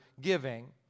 giving